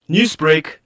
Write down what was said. Newsbreak